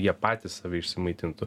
jie patys save išsimaitintų